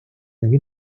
нові